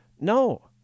No